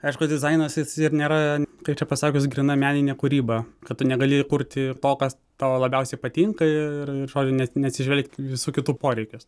aišku dizainas jis ir nėra kaip čia pasakius gryna meninė kūryba kad tu negali kurti ir to kas tau labiausiai patinka ir ir žodžiu ne neatsižvelgti į visų kitų poreikius